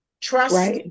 trust